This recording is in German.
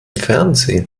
fernsehen